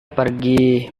pergi